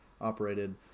operated